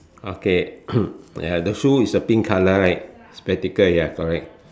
okay ya the shoe is a pink colour right spectacle ya correct